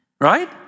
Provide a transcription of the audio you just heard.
right